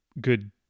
good